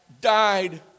died